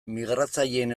migratzaileen